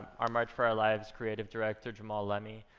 our march for our lives creative director, jammal lemy,